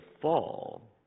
fall